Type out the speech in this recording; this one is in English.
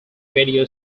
radio